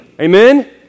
Amen